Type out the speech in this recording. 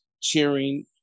cheering